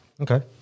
Okay